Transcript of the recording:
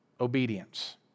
obedience